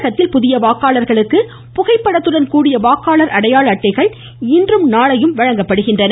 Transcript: தமிழகத்தில் புதிய வாக்காளர்களுக்கு புகைப்படத்துடன் கூடிய வாக்காளர் அடையாள அட்டைகள் இன்றும் நாளையும் வழங்கப்படுகின்றன